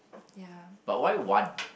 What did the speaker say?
ya